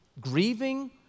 grieving